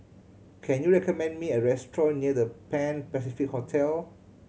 can you recommend me a restaurant near The Pan Pacific Hotel